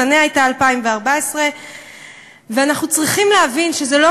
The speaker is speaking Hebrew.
לפניה הייתה 2014. ואנחנו צריכים להבין שזה לא